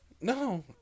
No